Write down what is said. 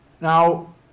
Now